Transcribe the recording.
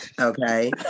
Okay